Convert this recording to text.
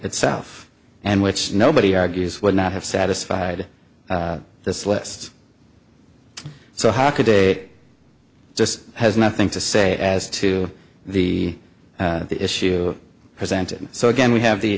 itself and which nobody argues would not have satisfied this list so how could they just has nothing to say as to the issue presented so again we have the